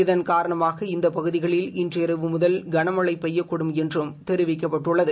இதன் காரணமாக இந்த பகுதிகளில் இன்று இரவு முதல் கன மழை பெய்யக்கூடும் என்றும் தெரிவிக்கப்பட்டுள்ளது